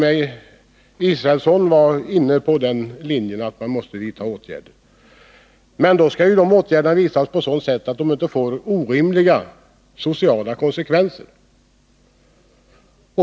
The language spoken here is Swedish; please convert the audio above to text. Per Israelsson var inne på den linjen att åtgärder måste vidtas. Men de måste vidtas på ett sådant sätt att de inte får orimliga sociala konsekvenser.